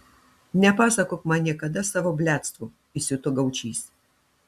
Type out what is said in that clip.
nepasakok man niekada savo bliadstvų įsiuto gaučys